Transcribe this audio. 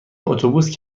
اتوبوس